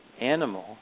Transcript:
animal